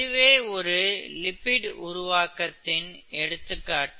இதுவே ஒரு லிபிட் உருவாக்கத்தின் எடுத்துக்காட்டு